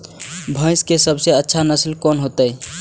भैंस के सबसे अच्छा नस्ल कोन होते?